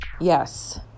Yes